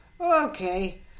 Okay